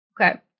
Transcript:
Okay